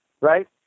right